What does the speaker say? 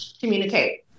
communicate